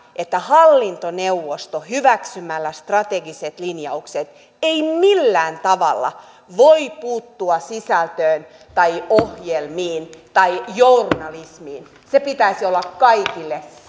että hallintoneuvosto hyväksymällä strategiset linjaukset ei millään tavalla voi puuttua sisältöön tai ohjelmiin tai journalismiin sen pitäisi olla kaikille